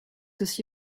aussi